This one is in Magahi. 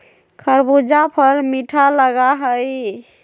खरबूजा फल मीठा लगा हई